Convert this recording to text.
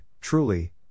Truly